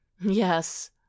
Yes